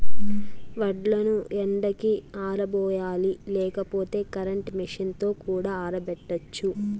వడ్లను ఎండకి ఆరబోయాలి లేకపోతే కరెంట్ మెషీన్ తో కూడా ఆరబెట్టచ్చు